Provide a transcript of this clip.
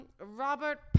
Robert